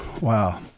Wow